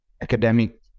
academic